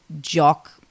jock